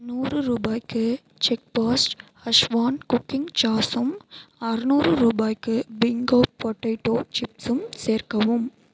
நூறு ரூபாய்க்கு chef boss schezwan cooking சாஸும் அறுநூறு ரூபாய்க்கு பிங்கோ பொட்டேட்டோ சிப்ஸும் சேர்க்கவும்